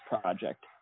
Project